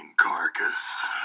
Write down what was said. carcass